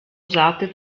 usate